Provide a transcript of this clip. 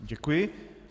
Děkuji.